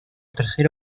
tercera